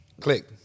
click